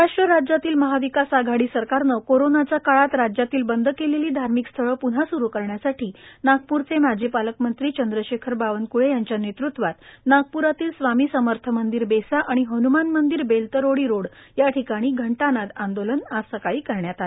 महाराष्ट्र राज्यातील महाविकास आघाडी सरकारने कोरोनाच्या काळात राज्यातील बंद केलेली धार्मिक स्थळे प्नः स्रु करण्यासाठी नागप्रचे माजी पालकमंत्री चंद्रशेखर बावनक्ळे यांच्या नेतृत्वामध्ये नागपूरातील स्वामी समर्थ मंदिर बेसा आणि हनुमान मंदिर बेलतरोडी रोड या ठिकाणी घंटानाद आंदोलन आज सकाळी करण्यात आले